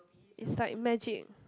it's like magic